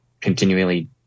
continually